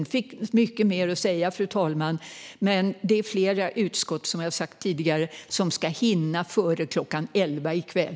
Det finns mycket mer att säga, fru talman, men som jag sagt tidigare är det fler utskott som ska hinna före kl. 23 i kväll.